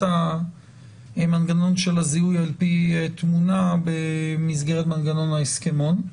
מנגנון הזיהוי על פי תמונה במסגרת מנגנון ההסכמון.